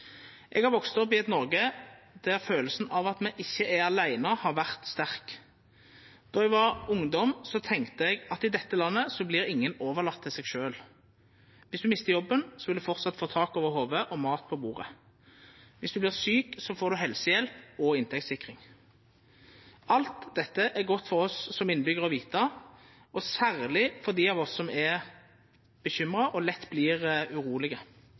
Eg har vakse opp i eit Noreg der kjensla av at me ikkje er åleine, har vore sterk. Då eg var ungdom, tenkte eg at i dette landet vert ingen overlatne til seg sjølv. Dersom ein mistar jobben, vil ein framleis ha tak over hovudet og mat på bordet. Dersom ein vert sjuk, får ein helsehjelp og inntektssikring. Alt dette er godt for oss som innbyggjarar å vita, særleg for dei av oss som er bekymra og lett vert urolege,